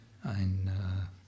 ein